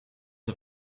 een